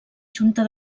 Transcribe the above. junta